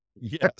Yes